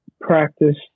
practice